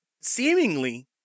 seemingly